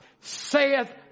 saith